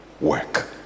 work